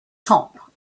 top